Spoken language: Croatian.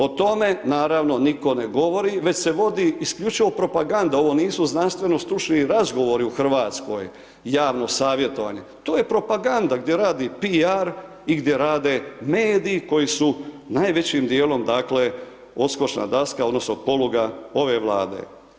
O tome naravno nitko ne govori, već se vodi isključivo propaganda, ovo nisu znanstveno stručni radovi u Hrvatskoj, javno savjetovanje, to je propaganda gdje radi PR i gdje rade mediji koji su najvećim dijelom odskočna daska, odnosno poluga ove vlade.